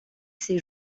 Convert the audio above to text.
ses